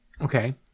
Okay